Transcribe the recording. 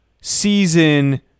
season